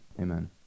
Amen